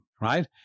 Right